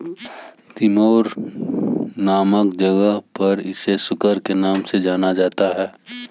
Timor नामक जगह पर इसे सुकर के नाम से जाना जाता है